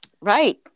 right